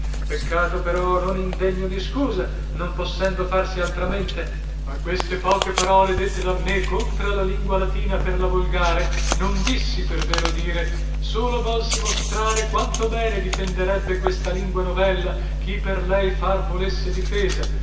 peccato però non indegno di scusa non possendo farsi altramente ma queste poche parole dette da me contra la lingua latina per la volgare non dissi per vero dire solo volsi mostrare quanto bene difenderebbe questa lingua novella chi per lei far volesse difesa